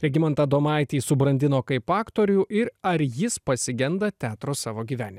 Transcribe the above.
regimantą adomaitį subrandino kaip aktorių ir ar jis pasigenda teatro savo gyvenime